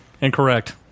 Incorrect